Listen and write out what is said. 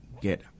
get